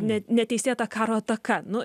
ne neteisėta karo ataka nu